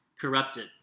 corrupted